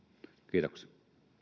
kiitoksia